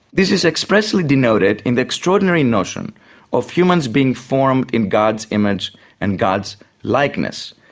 this is expressly denoted in the extraordinary notion of humans being formed in god's image and god's likeness.